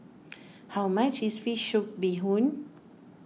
how much is Fish Soup Bee Hoon